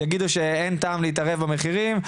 הם יגידו שאין טעם להתערב במחירים,